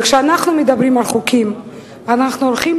וכשאנחנו מדברים על חוקים אנחנו הולכים